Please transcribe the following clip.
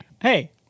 Hey